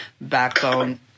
backbone